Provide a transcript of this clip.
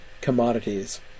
commodities